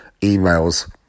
emails